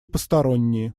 посторонние